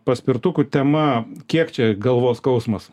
paspirtukų tema kiek čia galvos skausmas